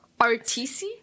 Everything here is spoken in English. RTC